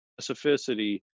specificity